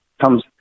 Comes